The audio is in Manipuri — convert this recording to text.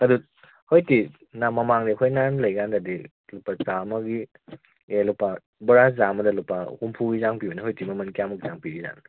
ꯑꯗꯨ ꯍꯧꯖꯤꯛꯇꯤ ꯅꯍꯥꯟ ꯃꯃꯥꯡꯗ ꯑꯩꯈꯣꯏꯅ ꯂꯩꯀꯥꯟꯗꯗꯤ ꯂꯨꯄꯥ ꯆꯥꯝꯃꯒꯤ ꯑꯦ ꯂꯨꯄꯥ ꯕꯣꯔꯥ ꯆꯥꯝꯃꯗ ꯂꯨꯄꯥ ꯍꯨꯝꯐꯨꯒꯤ ꯆꯥꯡ ꯄꯤꯕꯅꯦ ꯍꯧꯖꯤꯛꯇꯤ ꯃꯃꯟ ꯀꯌꯥꯃꯨꯛ ꯆꯥꯡ ꯄꯤꯔꯤꯖꯥꯠꯅꯣ